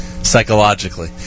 Psychologically